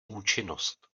účinnost